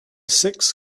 six